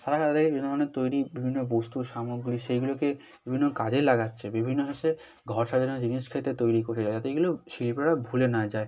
তারা তাদের বিভিন্ন ধরনের তৈরি বিভিন্ন বস্তু সামগ্রী সেইগুলোকে বিভিন্ন কাজে লাগাছে বিভিন্ন দেশে ঘর সাজানোর জিনিস ক্ষেত্র তৈরি করে যায় যাতে এগুলো শিল্পটা ভুলে না যায়